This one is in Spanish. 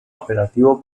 operativo